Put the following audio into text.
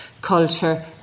culture